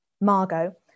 Margot